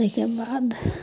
ताहिके बाद